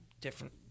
different